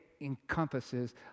encompasses